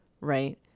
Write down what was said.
right